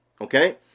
Okay